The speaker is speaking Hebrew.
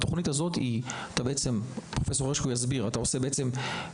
לפי התכנית הזאת אתה עושה Pre-Med,